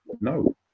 no